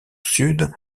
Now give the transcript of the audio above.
sud